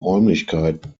räumlichkeiten